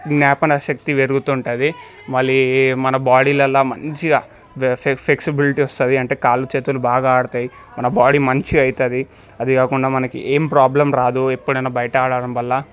జ్ఞాపక శక్తి పెరుగుతుంటుంది మళ్ళీ మన బాడీలలో మంచిగా ఫ్లెక్సిబిలిటీ వస్తుంది అంటే కాళ్ళు చేతులు బాగా ఆడతాయి మన బాడీ మంచిగా అవుతుంది అది కాకుండా మనకి ఏం ప్రాబ్లం రాదు ఎప్పుడైనా బయట ఆడటం వల్ల